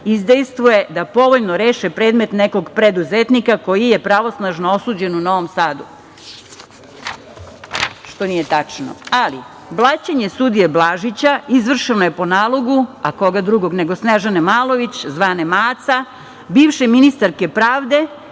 izdejstvuje da povoljno reše predmet nekog preduzetnika koji je pravosudno osuđen u Novom Sadu, što nije tačno, ali blaćenje sudije Blažića izvršeno je po nalogu a koga drugog nego Snežane Malović, zvane Maca, bivše ministarke pravde